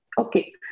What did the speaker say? Okay